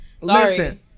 Listen